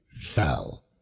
fell